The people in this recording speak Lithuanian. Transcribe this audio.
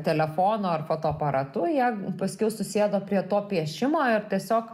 telefonu ar fotoaparatu jie paskiau susėdo prie to piešimo ir tiesiog